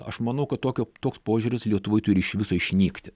aš manau kad tokio toks požiūris lietuvoj turi iš viso išnykti